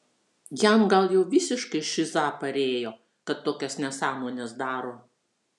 jam gal jau visiškai šiza parėjo kad tokias nesąmones daro